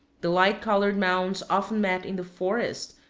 the light-colored mounds often met in the forest,